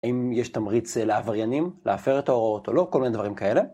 האם יש תמריץ לעבריינים, להפר את ההוראות או לא, כל מיני דברים כאלה.